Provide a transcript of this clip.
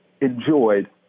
enjoyed